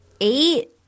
eight